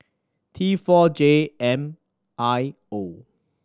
T four J M I O